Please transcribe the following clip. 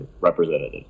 representative